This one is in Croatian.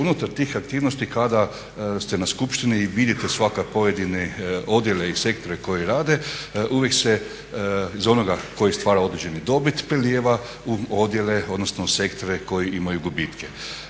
unutar tih aktivnosti kada ste na skupštini vidite svaki pojedini odjel, sektor koji radi uvijek se iz onoga koji stvara određenu dobit prelijeva u odjele, odnosno u sektore koji imaju gubitke.